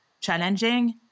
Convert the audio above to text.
challenging